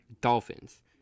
Dolphins